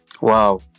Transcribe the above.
Wow